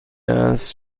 است